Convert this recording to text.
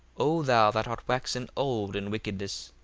o thou that art waxen old in wickedness,